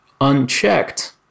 unchecked